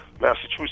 Massachusetts